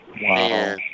Wow